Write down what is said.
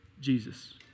Jesus